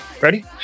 Ready